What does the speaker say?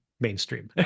mainstream